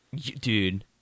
Dude